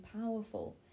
powerful